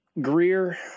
Greer